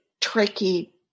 tricky